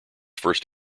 first